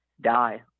die